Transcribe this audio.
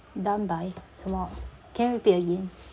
done by 什么 can you repeat again